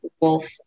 wolf